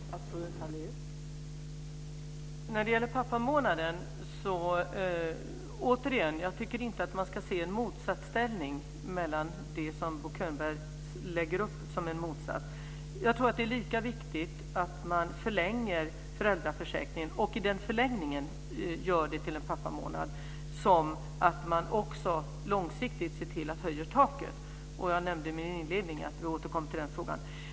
Fru talman! När det gäller pappamånaden tycker jag återigen inte att man ska se den motsatsställning som Bo Könberg här lägger upp. Jag tror att det är lika viktigt att man förlänger föräldraförsäkringen och gör den förlängningen till en pappamånad som att man också långsiktigt ser till att höja taket. Jag nämnde i min inledning att vi återkommer till den frågan.